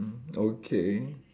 mm okay